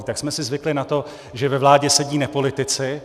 Tak jsme si zvykli na to, že ve vládě sedí nepolitici.